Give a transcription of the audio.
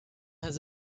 has